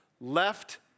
left